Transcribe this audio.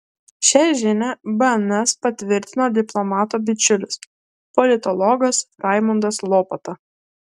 šią žinią bns patvirtino diplomato bičiulis politologas raimundas lopata